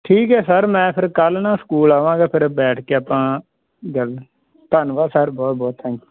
ਠੀਕ ਹੈ ਸਰ ਮੈਂ ਫੇਰ ਕੱਲ੍ਹ ਨਾ ਸਕੂਲ ਆਵਾਂਗਾ ਫਿਰ ਬੈਠ ਕੇ ਆਪਾਂ ਗੱਲ ਧੰਨਵਾਦ ਸਰ ਬਹੁਤ ਬਹੁਤ ਥੈਂਕ ਯੂ